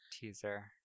teaser